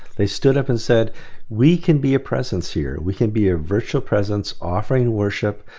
they stood up and said we can be a presence here. we can be a virtual presence offering worship,